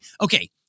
Okay